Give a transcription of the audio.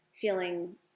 feeling –